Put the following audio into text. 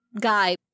guy